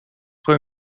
voor